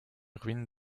ruines